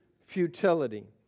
futility